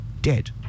dead